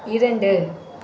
இரண்டு